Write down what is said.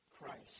christ